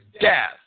death